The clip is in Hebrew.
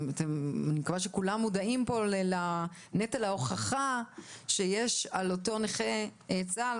אני מקווה שכולם מודעים כאן לנטל ההוכחה שיש על אותו נכה צה"ל.